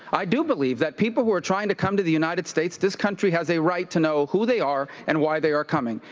i do believe that people who are trying to come to the united states this country has a right to know who they are and why they are coming.